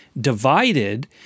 divided